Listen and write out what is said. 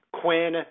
Quinn –